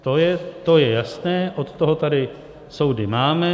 To je jasné, od toho tady soudy máme.